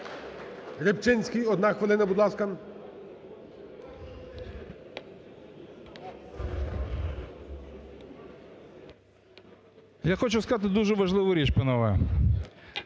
Я хочу сказати дуже важливу річ, панове!